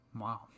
Wow